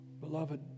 Beloved